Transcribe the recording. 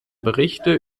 berichte